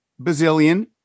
Bazillion